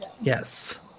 Yes